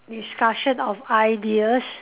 discussion of ideas